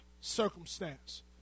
circumstance